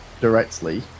directly